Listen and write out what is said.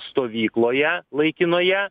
stovykloje laikinoje